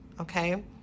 okay